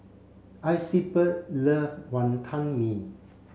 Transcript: Isabelle love Wonton Mee